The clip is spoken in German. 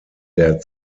der